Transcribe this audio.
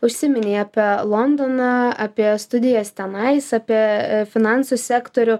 užsiminei apie londoną apie studijas tenais apie finansų sektorių